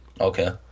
Okay